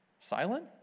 Silent